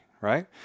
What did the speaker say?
right